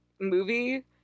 movie